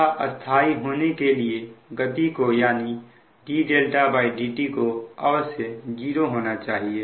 तथा स्थाई होने के लिए गति को यानी dδdtको अवश्य 0 होना चाहिए